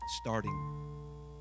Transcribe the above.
starting